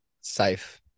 safe